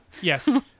Yes